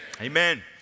Amen